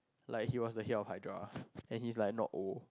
like he was the head of hydra and he's like not old